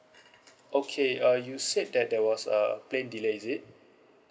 okay uh you said that there was a plane delay is it